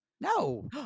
No